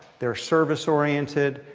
they're service oriented.